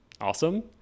awesome